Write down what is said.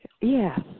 Yes